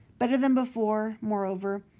better than before, moreover,